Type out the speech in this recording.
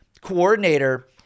coordinator